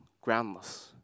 groundless